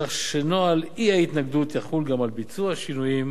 כך שנוהל האי-התנגדות יחול גם על ביצוע שינויים